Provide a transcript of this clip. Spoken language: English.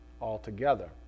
altogether